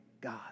God